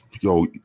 yo